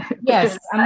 Yes